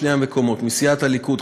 שני מקומות: מסיעת הליכוד,